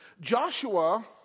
Joshua